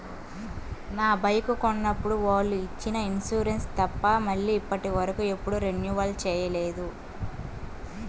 నా బైకు కొన్నప్పుడు వాళ్ళు ఇచ్చిన ఇన్సూరెన్సు తప్ప మళ్ళీ ఇప్పటివరకు ఎప్పుడూ రెన్యువల్ చేయలేదు